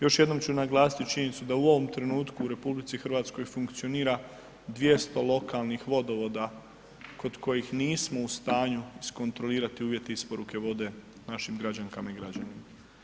Još jednom ću naglasiti činjenicu da u ovom trenutku u RH funkcionira 200 lokalnih vodovoda kod kojih nismo u stanju iskontrolirati uvjete isporuke vode našim građankama i građanima.